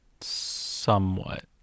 Somewhat